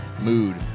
mood